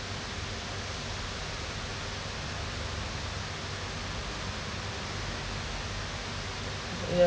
yeah